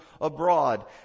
abroad